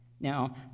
Now